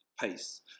pace